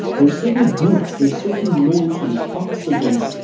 they're certain groups, they're certain moieties oxidants,